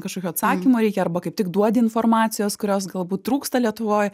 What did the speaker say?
kažkokio atsakymo reikia arba kaip tik duodi informacijos kurios galbūt trūksta lietuvoj